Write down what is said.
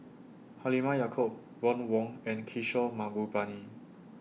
Halimah Yacob Ron Wong and Kishore Mahbubani